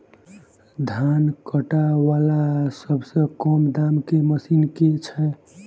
धान काटा वला सबसँ कम दाम केँ मशीन केँ छैय?